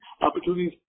Opportunities